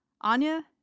Anya